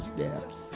Steps